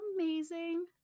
amazing